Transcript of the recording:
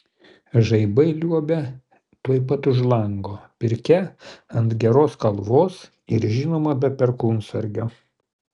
žaibai liuobia tuoj pat už lango pirkia ant geros kalvos ir žinoma be perkūnsargio